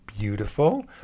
beautiful